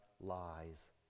lies